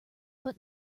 but